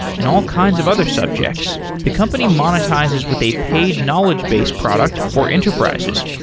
and all kinds of other subjects. the company monetizes with a paid knowledge base product for enterprises,